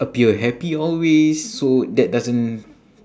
appear happy always so that doesn't